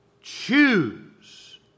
choose